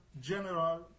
general